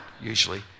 usually